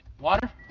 water